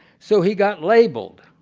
so he got labeled.